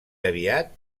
aviat